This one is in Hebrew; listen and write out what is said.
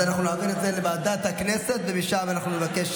אז אנחנו נעביר את זה לוועדת הכנסת ומשם אנחנו נבקש